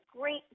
great